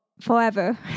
forever